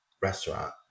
restaurant